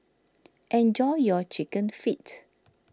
enjoy your Chicken Feet